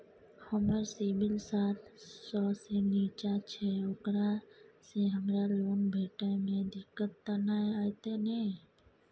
हमर सिबिल सात सौ से निचा छै ओकरा से हमरा लोन भेटय में दिक्कत त नय अयतै ने?